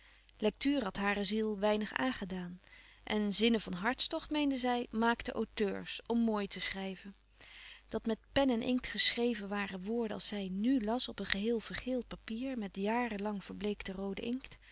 lektuur had hare ziel weinig aangedaan en zinnen van hartstocht meende zij maakten auteurs om mooi te schrijven dat met pen en inkt geschreven waren woorden als zij nù las op een geheel vergeeld papier met jaren lang verbleekte roode inkt